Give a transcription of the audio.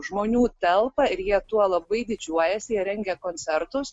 žmonių telpa ir jie tuo labai didžiuojasi jie rengia koncertus